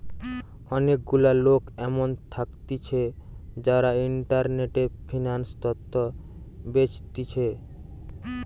অনেক গুলা লোক এমন থাকতিছে যারা ইন্টারনেটে ফিন্যান্স তথ্য বেচতিছে